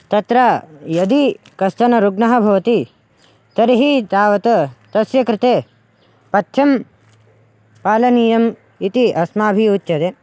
तत्र यदि कश्चनः रुग्णः भवति तर्हि तावत् तस्य कृते पथ्यं पालनीयम् इति अस्माभिः उच्यते